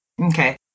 Okay